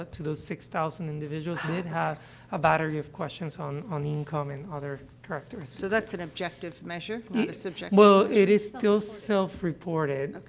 to those six thousand individuals, and it had a battery of questions on on income and other factors. so, that's an objective measure not a subjective measure? well, it is still self-reported okay.